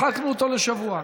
הרחקנו אותו לשבוע.